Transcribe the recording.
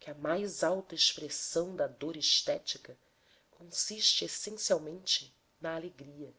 que a mais alta expressãoda dor estética consiste essencialmente na alegria